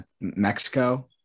Mexico